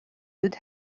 you’d